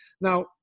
now